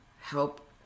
help